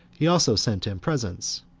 he also sent him presents,